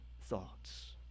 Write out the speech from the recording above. thoughts